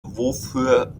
wofür